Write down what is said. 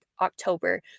October